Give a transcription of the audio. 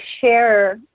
share